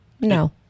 No